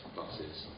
buses